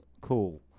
cool